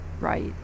right